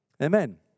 Amen